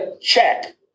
Check